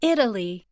Italy